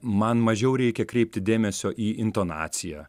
man mažiau reikia kreipti dėmesio į intonaciją